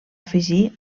afegir